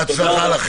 בהצלחה.